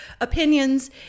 opinions